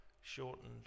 shortened